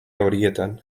horietan